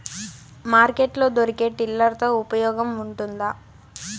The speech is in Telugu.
మార్కెట్ లో దొరికే టిల్లర్ తో ఉపయోగం ఉంటుందా?